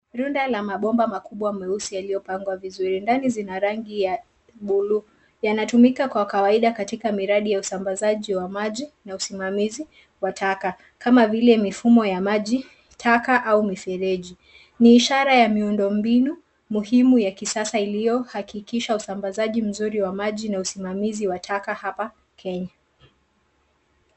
Rundo la mabomba makubwa meusi yaliyopangwa vizuri. Ndani zina rangi bluu. Yanatumika kwa kawaida katika miradi ya usambazaji wa maji na usimamizi wa taka kama vile mifumo ya maji, taka au mifereji. Ni ishara ya miundombinu muhimu ya kisasa iliyohakikisha usambazaji mzuri wa maji na usimamizi wa taka hapa Kenya.